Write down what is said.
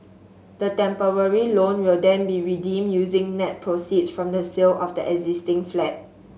the temporary loan will then be redeemed using net proceeds from the sale of the existing flat